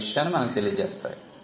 అన్న విషయాన్ని మనకు తెలియ చేస్తాయి